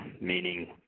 meaning